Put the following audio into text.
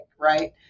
right